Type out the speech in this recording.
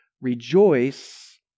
rejoice